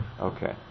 Okay